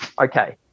okay